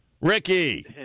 Ricky